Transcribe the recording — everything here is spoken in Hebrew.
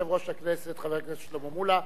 הכנסת חבר הכנסת שלמה מולה.